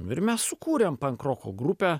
nu ir mes sukūrėm pankroko grupę